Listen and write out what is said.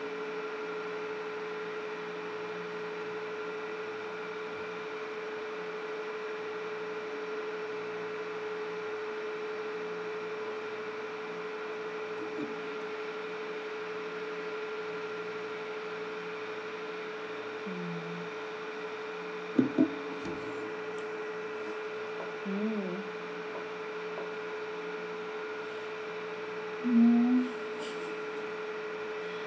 mm mm mm